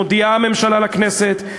מודיעה הממשלה לכנסת,